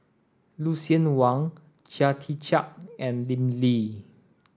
Lucien Wang Chia Tee Chiak and Lim Lee